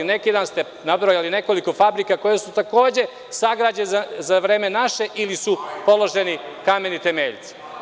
Neki dan ste nabrojali nekoliko fabrika koje su takođe sagrađene za naše vreme ili su položeni kameni temelja.